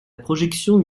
projection